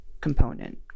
component